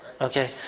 Okay